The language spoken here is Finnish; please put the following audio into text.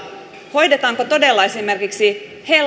hoidetaanko todella esimerkiksi